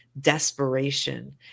desperation